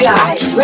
Guys